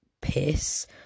piss